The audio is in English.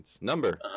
Number